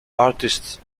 artists